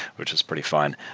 which is pretty fun.